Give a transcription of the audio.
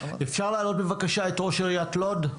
אפשר להעלות בבקשה את ראש עיריית לוד?